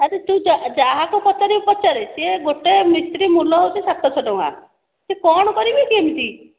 ଆରେ ତୁ ଯାହାକୁ ପଚାରିବୁ ପଚାରେ ସିଏ ଗୋଟାଏ ମିସ୍ତ୍ରୀ ମୂଲ ହେଉଛି ସାତ ଶହ ଟଙ୍କା ସିଏ କଣ କରିବେ କି ଏମିତି